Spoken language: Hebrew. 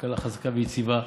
וכלכלה חזקה ויציבה,